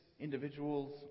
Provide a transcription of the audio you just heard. individuals